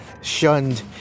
shunned